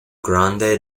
grande